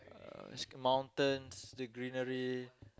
uh mountains the greenery